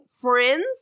friends